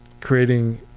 creating